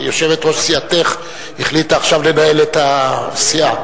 יושבת-ראש סיעתך החליטה עכשיו לנהל את הסיעה.